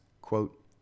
quote